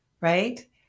right